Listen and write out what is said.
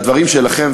והדברים שלכם,